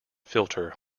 filter